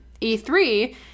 E3